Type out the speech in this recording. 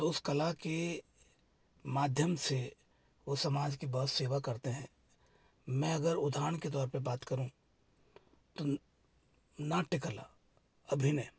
उस कला के माध्यम से वो समाज की बहुत सेवा करते हैं मैं अगर उदाहरण के तौर पर बात करूँ तो नाट्य कला अभिनय